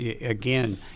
again